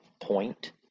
point